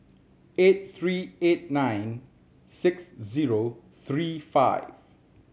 eight three eight nine six zero three five